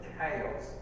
chaos